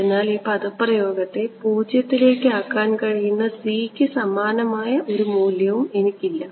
അതിനാൽ ഈ പദപ്രയോഗത്തെ 0 ലേക്ക് ആക്കാൻ കഴിയുന്ന c ക്ക് സമാനമായ ഒരു മൂല്യവും എനിക്കില്ല